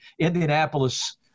Indianapolis